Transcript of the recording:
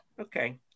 Okay